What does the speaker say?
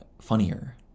funnier